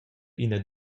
ina